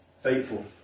faithful